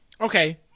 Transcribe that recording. Okay